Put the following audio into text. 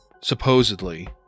supposedly